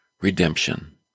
redemption